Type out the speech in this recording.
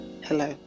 hello